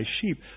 sheep